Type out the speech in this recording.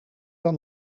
dan